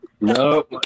No